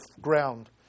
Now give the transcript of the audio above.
ground